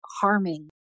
harming